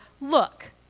Look